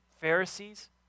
Pharisees